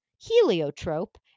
Heliotrope